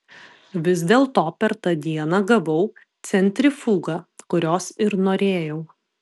vis dėlto per tą dieną gavau centrifugą kurios ir norėjau